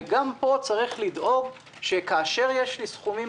וגם פה צריך לדאוג שכאשר יש לי סכומים